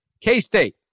K-State